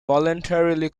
voluntarily